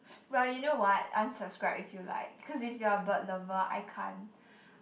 well you know what unsubscribe if you like cause if you're a bird lover I can't